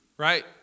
Right